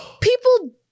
People